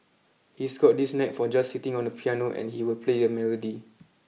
he's got this knack for just sitting on the piano and he will play a melody